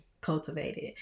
cultivated